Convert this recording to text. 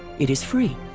it is free.